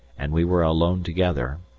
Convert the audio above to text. and we were alone together,